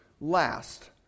last